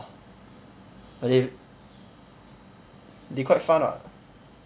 uh they they quite fun [what]